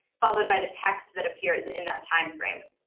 followed by the text that appears in that time frame.